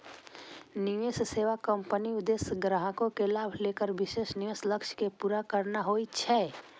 निवेश सेवा कंपनीक उद्देश्य ग्राहक के लाभ लेल विशेष निवेश लक्ष्य कें पूरा करना होइ छै